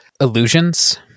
illusions